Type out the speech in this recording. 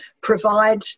provide